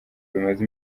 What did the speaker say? bimaze